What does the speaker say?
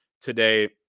today